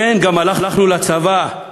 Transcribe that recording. כן, גם הלכנו לצבא,